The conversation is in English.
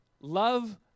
love